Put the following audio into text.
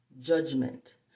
judgment